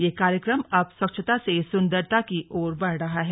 ये कार्यक्रम अब स्वच्छता से सुंदरता की ओर बढ़ रहा है